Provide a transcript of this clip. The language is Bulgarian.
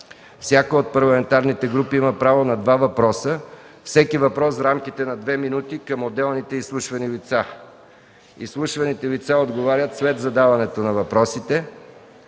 Всяка от парламентарните групи има право на два въпроса – всеки въпрос в рамките на две минути към отделните изслушвани лица. Изслушваните лица отговарят след задаването на въпросите.